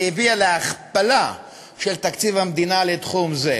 שהביאה להכפלה של תקציב המדינה לתחום זה.